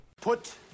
Put